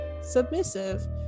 submissive